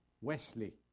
Wesley